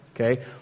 Okay